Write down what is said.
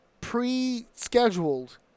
pre-scheduled